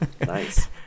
Nice